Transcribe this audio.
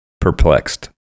Perplexed